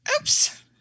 Oops